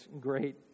great